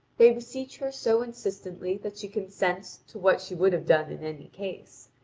they beseech her so insistently that she consents to what she would have done in any case.